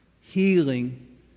healing